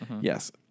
yes